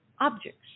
objects